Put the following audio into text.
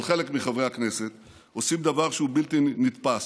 אבל חלק מחברי הכנסת עושים דבר שהוא בלתי נתפס: